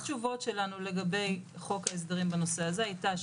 אחת התשובות שלנו לגבי חוק ההסדרים בנושא הזה הייתה,